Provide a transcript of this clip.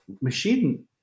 Machine